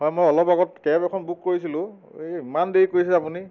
হয় মই অলপ আগত কেব এখন বুক কৰিছিলোঁ এই ইমান দেৰি কৰিছে আপুনি